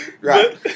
Right